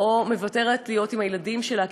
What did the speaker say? או מוותרת על להיות עם הילדים שלה,